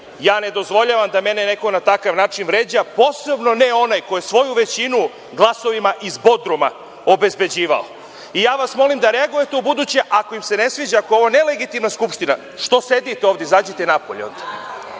Ja ne dozvoljavam da mene neko na takav način vređa, posebno ne onaj koji svoju većinu glasovima iz Bodruma obezbeđivao. Ja vas molim da reagujete ubuduće. Ako im se ne sviđa, ako je ovo nelegitimna Skupština, što sedite ovde, izađite napolje i